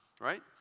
right